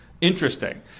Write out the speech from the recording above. interesting